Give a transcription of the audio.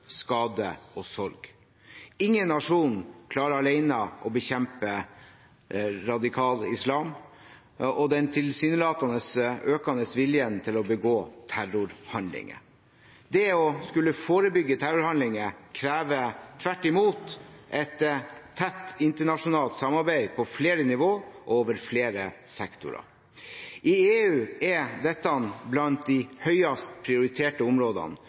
skade og sorg. Ingen nasjon klarer alene å bekjempe radikal islam og den tilsynelatende økende viljen til å begå terrorhandlinger. Det å skulle forebygge terrorhandlinger krever tvert imot et tett internasjonalt samarbeid på flere nivåer og over flere sektorer. I EU er dette blant de høyest prioriterte områdene,